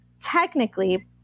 technically